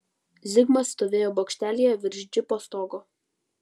zigmas stovėjo bokštelyje virš džipo stogo